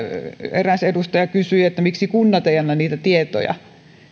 eräs edustaja kysyi miksi kunnat eivät anna niitä tietoja